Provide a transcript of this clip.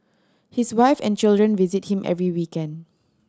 his wife and children visit him every weekend